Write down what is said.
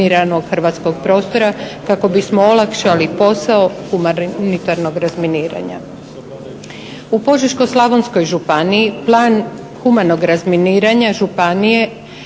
hrvatskog prostora kako bismo olakšali posao humanitarnog razminiranja. U Požeško-slavonskoj županiji plan humanog razminiranja županije,